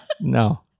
No